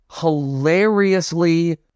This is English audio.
hilariously